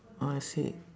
I see